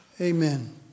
Amen